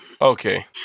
Okay